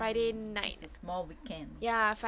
mm it's a small weekend